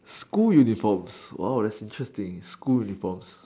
school uniforms !wow! thats interesting school uniforms